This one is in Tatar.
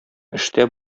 эштә